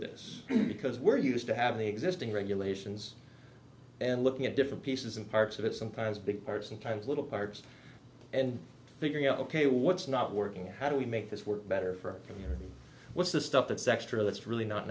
this because we're used to have the existing regulations and looking at different pieces and parts of it sometimes big parts sometimes little parts and figuring out ok what's not working how do we make this work better for a community what's the stuff that's extra that's really not